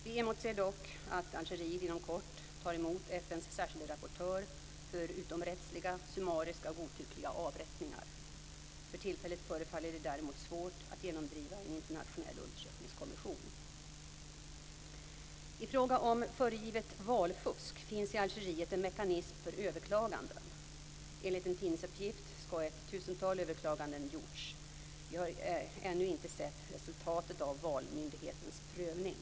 Vi emotser dock att Algeriet inom kort tar emot FN:s särskilde rapportör för utomrättsliga, summariska och godtyckliga avrättningar. För tillfället förefaller det däremot svårt att genomdriva en internationell undersökningskommission. I fråga om föregivet valfusk finns i Algeriet en mekanism för överklaganden. Enligt en tidningsuppgift skall ett tusental överklaganden ha gjorts. Vi har ännu inte sett resultatet av valmyndighetens prövning.